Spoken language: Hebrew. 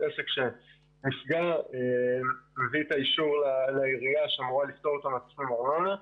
עסק שנסגר מביא את האישור לעירייה שאמור לפתור את המקום מארנונה.